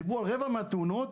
דיברו על רבע מכלל התאונות